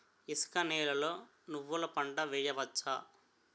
ఇసుక నేలలో నువ్వుల పంట వేయవచ్చా?